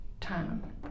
time